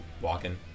walking